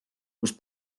kus